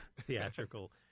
theatrical